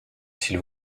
s’il